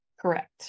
Correct